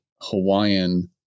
hawaiian